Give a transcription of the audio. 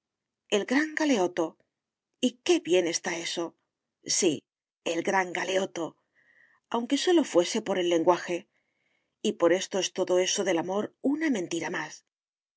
el gran galeoto y qué bien está eso sí el gran galeoto aunque sólo fuese por el lenguaje y por esto es todo eso del amor una mentira más